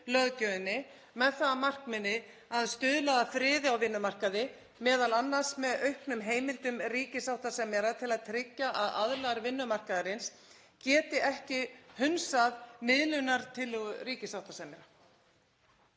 vinnulöggjöfinni með það að markmiði að stuðla að friði á vinnumarkaði, m.a. með auknum heimildum ríkissáttasemjara til að tryggja að aðilar vinnumarkaðarins geti ekki hunsað miðlunartillögu ríkissáttasemjara.